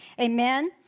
Amen